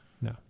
No